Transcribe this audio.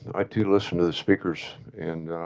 i to listen to the speakers and